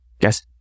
guess